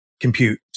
compute